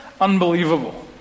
unbelievable